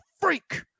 freak